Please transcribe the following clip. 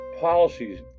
policies